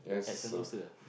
at Sentosa ah